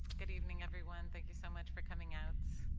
good evening, everyone. thank you so much for coming out.